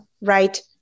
right